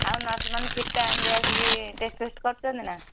ଆଉ ନର୍ସମାନେ ଠିକ୍ ଟାଇମ୍ରେ ଆସିକି ଟେଷ୍ଟ୍ ଫେଷ୍ଟ୍ କରୁଛନ୍ତି ନା